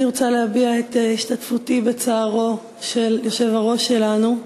אני רוצה להביע את השתתפותי בצערו של היושב-ראש שלנו.